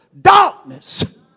darkness